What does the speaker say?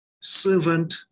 servant